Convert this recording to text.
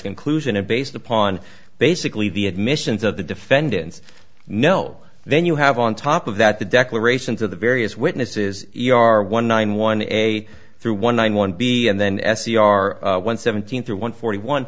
conclusion and based upon basically the admissions of the defendant's no then you have on top of that the declarations of the various witnesses e r one nine one a through one nine one b and then s e r one seventeen through one forty one